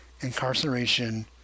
incarceration